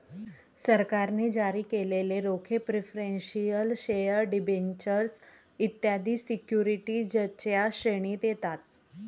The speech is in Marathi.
सरकारने जारी केलेले रोखे प्रिफरेंशियल शेअर डिबेंचर्स इत्यादी सिक्युरिटीजच्या श्रेणीत येतात